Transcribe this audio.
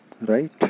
Right